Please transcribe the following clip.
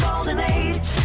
golden age